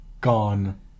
gone